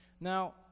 Now